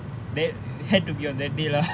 that had to be on that day lah